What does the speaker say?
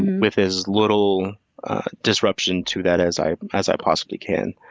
with as little disruption to that as i as i possibly can.